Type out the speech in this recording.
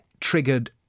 triggered